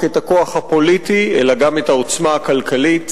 את הכוח הפוליטי אלא גם את העוצמה הכלכלית,